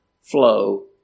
flow